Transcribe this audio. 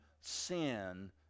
sin